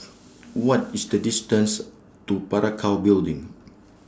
What IS The distance to Parakou Building